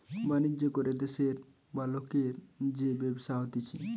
বাণিজ্য করে দেশের বা লোকের যে ব্যবসা হতিছে